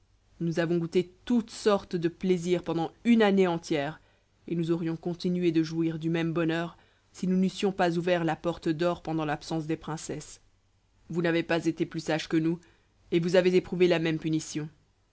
nous avons goûté toute sorte de plaisirs pendant une année entière et nous aurions continué de jouir du même bonheur si nous n'eussions pas ouvert la porte d'or pendant l'absence des princesses vous n'avez pas été plus sage que nous et vous avez éprouvé la même punition